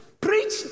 preach